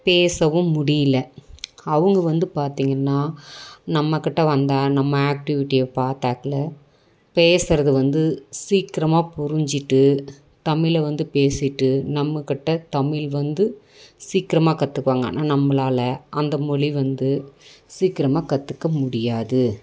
பேசவும் முடியல அவங்க வந்து பார்த்திங்கனா நம்மக்கிட்ட வந்தால் நம்ம ஆக்டிவிட்டியை பார்த்தாக்ல பேசுகிறது வந்து சீக்கிரமாக புரிஞ்சுட்டு தமிழை வந்து பேசிகிட்டு நம்மகிட்ட தமிழ் வந்து சீக்கிரமாக கற்றுக்குவாங்க ஆனால் நம்மளால் அந்த மொழி வந்து சீக்கிரமாக கற்றுக்க முடியாது